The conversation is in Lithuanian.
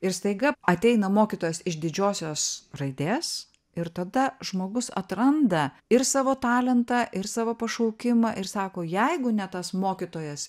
ir staiga ateina mokytojas iš didžiosios raidės ir tada žmogus atranda ir savo talentą ir savo pašaukimą ir sako jeigu ne tas mokytojas